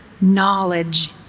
knowledge